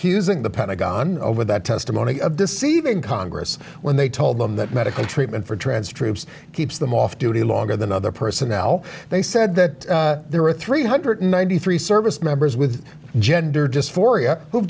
accusing the pentagon over that testimony of deceiving congress when they told them that medical treatment for trans troops keeps them off duty longer than other personnel they said that there were three hundred ninety three service members with gender